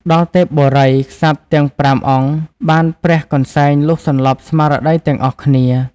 ដល់ទេពបុរី ក្សត្រទាំង ៥ អង្គបានព្រះកន្សែងលុះសន្លប់ស្មារតីទាំងអស់គ្នា។